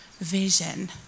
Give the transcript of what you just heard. vision